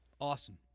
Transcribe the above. Awesome